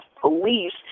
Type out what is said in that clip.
police